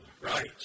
right